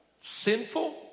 Sinful